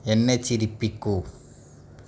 എന്നെ ചിരിപ്പിക്കൂ